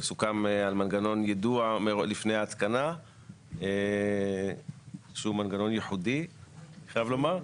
סוכם על מנגנון יידוע לפני ההתקנה שהוא מנגנון ייחודי אני חייב לומר.